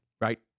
right